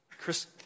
Chris